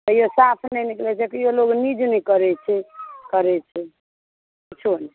कहियो साफ नहि निकलैत छै कहियो लोग नीज नहि करैत छै करैत छै किछु नहि